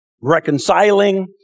reconciling